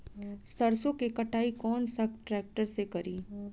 सरसों के कटाई कौन सा ट्रैक्टर से करी?